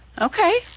Okay